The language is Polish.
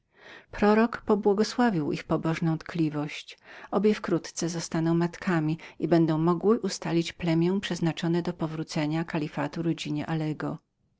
prorok pobłogosławił ich pobożną tkliwość obie wkrótce zostaną matkami i będą mogły ustalić plemię przeznaczone do powrócenia kalifatu rodzinie alego